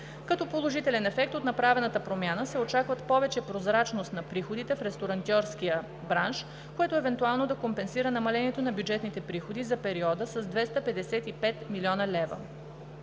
Като положителен ефект от направената промяна се очаква повече прозрачност на приходите в ресторантьорския бранш, което евентуално да компенсира намалението на бюджетните приходи за периода с 255 млн. лв.